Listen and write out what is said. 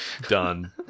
Done